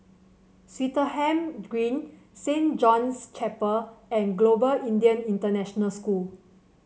Swettenham Green Saint John's Chapel and Global Indian International School